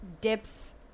dips